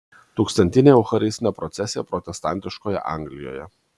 tūkstantinė eucharistinė procesija protestantiškoje anglijoje